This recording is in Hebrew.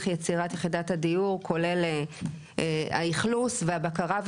יצירת יחידת הדיור כולל האכלוס והבקרה,